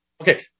Okay